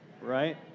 right